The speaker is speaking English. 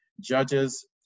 judges